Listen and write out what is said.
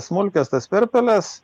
smulkias tas plerpeles